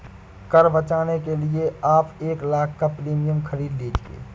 कर बचाने के लिए आप एक लाख़ का प्रीमियम खरीद लीजिए